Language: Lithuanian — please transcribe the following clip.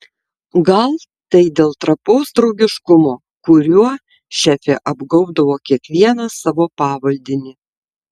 gal tai dėl trapaus draugiškumo kuriuo šefė apgaubdavo kiekvieną savo pavaldinį